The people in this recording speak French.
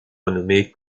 renommés